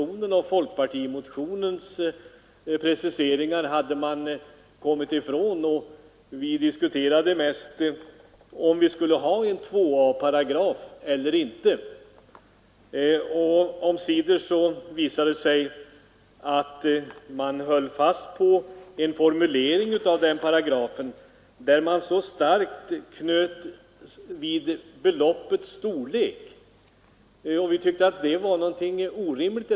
De borgerliga hade kommit ifrån preciseringarna i moderatoch folkpartimotionerna, och vi diskuterade om vi skulle ha en 2 a § i lagen eller inte. Omsider visade det sig att de andra höll fast vid en formulering av den paragrafen som starkt betonade beloppets storlek vid utlandsinvesteringar.